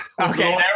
Okay